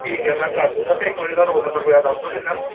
ਠੀਕ ਹੈ ਮੈਂ ਕਰ ਦੂੰਗਾ ਅਤੇ ਇੱਕ ਵਾਰੀ ਉਹਦਾ ਰੋਲ ਨੰਬਰ ਵਗੈਰਾ ਦੱਸ ਦਿਓ ਕਿੰਨਾ